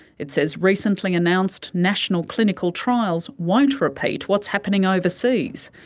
it says recently announced national clinical trials won't repeat what's happening overseas.